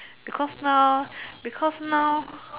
because now because now